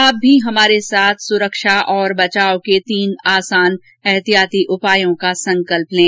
आप भी हमारे साथ सुरक्षा और बचाव के तीन आसान एहतियाती उपायों का संकल्प लें